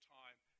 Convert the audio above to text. time